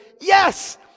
yes